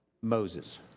Moses